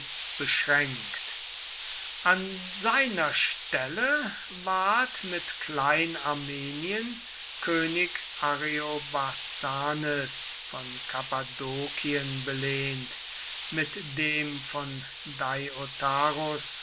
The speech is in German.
beschränkt an seiner stelle ward mit klein armenien könig ariobarzanes von kappadokien belehnt mit dem von